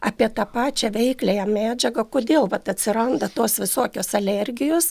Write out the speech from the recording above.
apie tą pačią veikliąją medžiagą kodėl vat atsiranda tos visokios alergijos